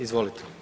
Izvolite.